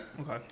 Okay